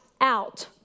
out